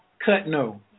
Cutno